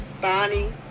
Bonnie